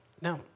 now